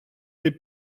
les